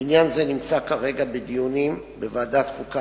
עניין זה נמצא כרגע בדיונים בוועדת החוקה,